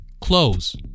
close